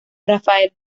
rafael